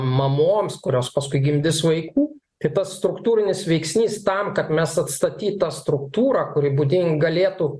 mamoms kurios paskui gimdys vaikų kitas struktūrinis veiksnys tam kad mes atstatyt tą struktūrą kuri būdinga galėtų